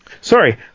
Sorry